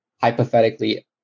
hypothetically